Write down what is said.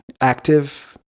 active